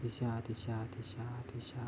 等一下啊等一下啊等一下啊等一下啊